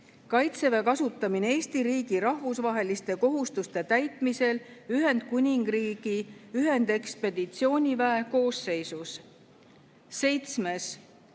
"Kaitseväe kasutamine Eesti riigi rahvusvaheliste kohustuste täitmisel Ühendkuningriigi ühendekspeditsiooniväe koosseisus".